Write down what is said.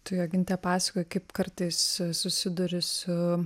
tu joginte pasakojai kaip kartais susiduri su